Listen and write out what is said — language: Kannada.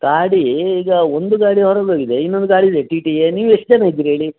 ಗಾಡೀ ಈಗ ಒಂದು ಗಾಡಿ ಹೊರಗೋಗಿದೆ ಇನ್ನೊಂದು ಗಾಡಿಯಿದೆ ಟಿಟಿ ಏ ನೀವು ಎಷ್ಟು ಜನ ಇದ್ದೀರಿ ಹೇಳಿ